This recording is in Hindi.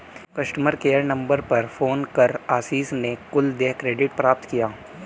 कस्टमर केयर नंबर पर फोन कर आशीष ने कुल देय क्रेडिट प्राप्त किया